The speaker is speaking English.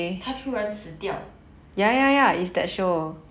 他突然死掉